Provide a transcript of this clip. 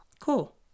Cool